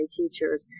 teachers